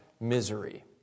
misery